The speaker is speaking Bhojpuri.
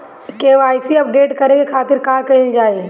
के.वाइ.सी अपडेट करे के खातिर का कइल जाइ?